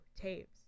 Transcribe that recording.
tapes